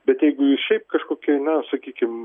bet jeigu jūs šiaip kažkokioj na sakykim